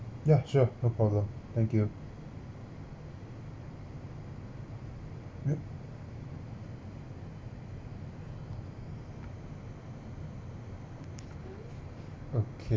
yeah sure no problem thank you okay